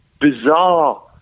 bizarre